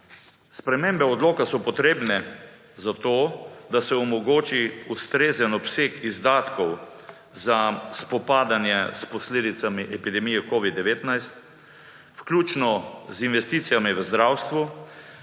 Spremembe odloka so potrebne zato, da se omogoči ustrezen obseg izdatkov za spopadanje s posledicami epidemije covida-19, vključno z investicijami v zdravstvu,